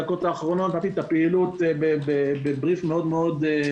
בדקות האחרונות לתאר את הפעילות תיארתי בבריף מאוד מהיר,